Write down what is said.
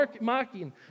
mocking